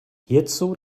hierzu